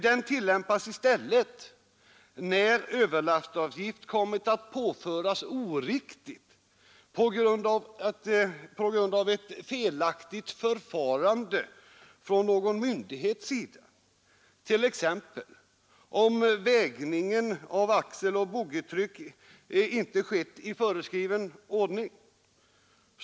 Den tillämpas i stället när överlastavgift kommit att påföras oriktigt på grund av ett felaktigt förfarande från myndigheternas sida, t.ex. om vägningen av axeloch boggitryck inte skett i föreskriven ordning.